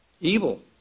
evil